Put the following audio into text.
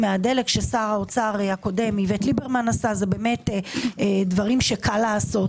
מהדלק ששר האוצר הקודם איווט ליברמן עשה זה באמת דברים שקל לעשות.